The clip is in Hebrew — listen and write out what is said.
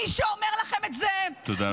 מי שאומר לכם את זה -- תודה רבה,